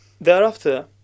thereafter